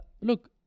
Look